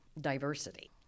diversity